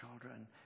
children